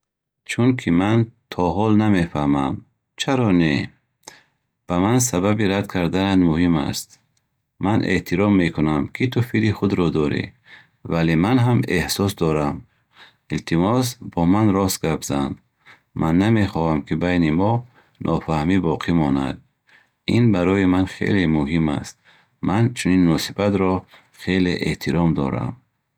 Чунки ман то ҳол намефаҳмам, чаро не? Ба ман сабаби рад карданат муҳим аст. Ман эҳтиром мекунам, ки ту фикри худро дорӣ, вале ман ҳам эҳсос дорам. Илтимос, бо ман рост гап зан. Ман намехоҳам, ки байни мо нофаҳмӣ боқӣ монад. Ин барои ман хеле муҳим аст. Ман чунин муносибатро хеле эҳтиром дорам.